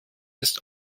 ist